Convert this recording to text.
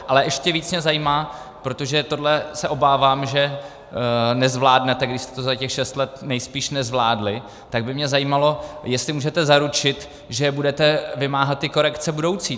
Ale ještě víc mě zajímá, protože tohle se obávám, že nezvládnete, když jste to za těch šest let nejspíš nezvládli, tak by mě zajímalo, jestli můžete zaručit, že budete vymáhat ty korekce budoucí.